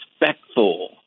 respectful